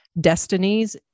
Destinies